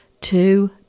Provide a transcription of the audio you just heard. Two